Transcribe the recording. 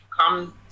come